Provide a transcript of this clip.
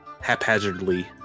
haphazardly